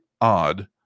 odd